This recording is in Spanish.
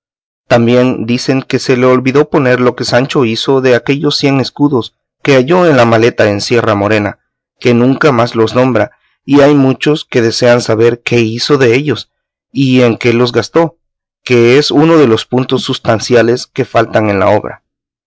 también dicen que se le olvidó poner lo que sancho hizo de aquellos cien escudos que halló en la maleta en sierra morena que nunca más los nombra y hay muchos que desean saber qué hizo dellos o en qué los gastó que es uno de los puntos sustanciales que faltan en la obra